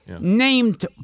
named